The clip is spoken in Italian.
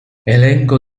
elenco